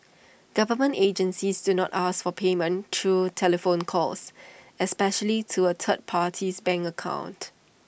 government agencies do not ask for payment through telephone calls especially to A third party's bank account